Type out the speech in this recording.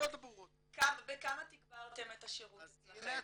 בכמה תגברתם את השירות שלכם?